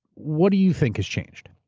what do you think has changed?